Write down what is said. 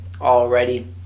Already